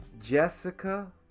Jessica